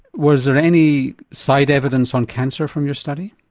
was there any side evidence on cancer from your study?